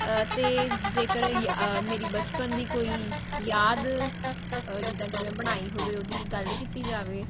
ਅਤੇ ਜੇਕਰ ਯ ਮੇਰੀ ਬਚਪਨ ਦੀ ਕੋਈ ਯਾਦ ਜਿੱਦਾਂ ਕਿ ਮੈਂ ਬਣਾਈ ਹੋਵੇ ਉਹਦੀ ਗੱਲ ਕੀਤੀ ਜਾਵੇ